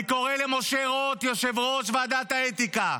אני קורא למשה רוט, יושב-ראש ועדת האתיקה,